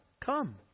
Come